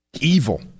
evil